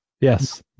Yes